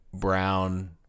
brown